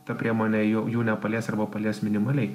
ta priemonė jų jų nepalies arba palies minimaliai